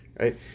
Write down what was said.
right